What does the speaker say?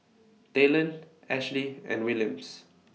Talen Ashlee and Williams